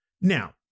Now